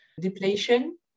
Depletion